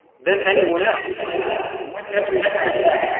than anyone else when every attack